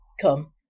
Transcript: come